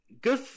good